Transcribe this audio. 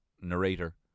narrator